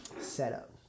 Setup